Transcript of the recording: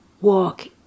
Walk